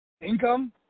income